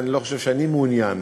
ואני לא חושב שאני מעוניין.